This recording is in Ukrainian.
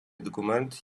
документ